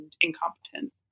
incompetent